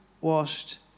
washed